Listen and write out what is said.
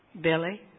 Billy